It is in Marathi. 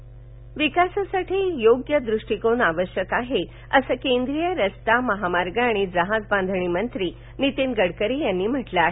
गडकरी विकासासाठी योग्य धोरण आवश्यक आहे असं केंद्रीय रस्ता महामार्ग आणि जहाज बांधणी मंत्री नितीन गडकरी यांनी म्हटल आहे